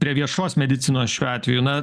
prie viešos medicinos šiuo atveju na